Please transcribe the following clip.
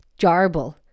jarble